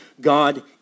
God